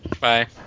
Bye